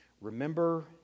Remember